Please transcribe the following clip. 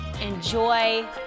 Enjoy